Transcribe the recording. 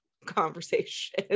conversation